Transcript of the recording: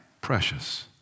precious